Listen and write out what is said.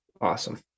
awesome